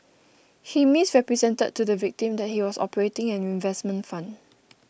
he misrepresented to the victim that he was operating an investment fund